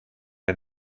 der